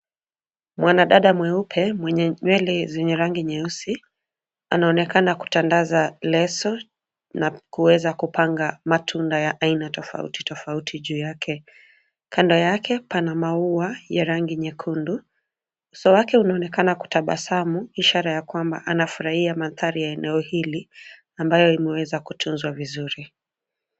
Mwanadada mweupe mwenye nywele zenye rangi nyeusi, anaonekana kutandaza leso na kuweza kupanga matunda ya aina tofauti tofauti juu yake. Kando yake pana maua ya rangi nyekundu. Uso wake unaonekana kutabasamu, ishara ya kwamba anafurahia mandhari ya eneo hili, ambayo imeweza kutunzwa vizuri.